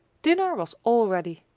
dinner was all ready,